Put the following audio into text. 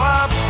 up